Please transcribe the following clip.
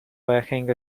working